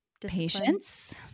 patience